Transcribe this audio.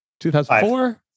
2004